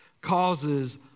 causes